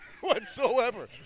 Whatsoever